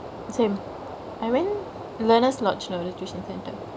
same I went learner's lodge though the tuition center